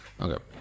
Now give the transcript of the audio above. Okay